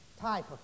type